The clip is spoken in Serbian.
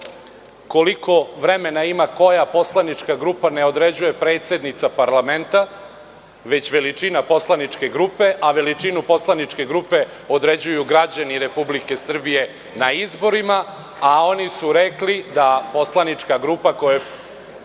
koliko vremena ima koja poslanička grupa ne određuje predsednica parlamenta, već veličina poslaničke grupe, a veličinu poslaničke grupe određuju građani Republike Srbije na izborima, a oni su rekli da poslanička grupa koju